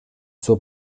suo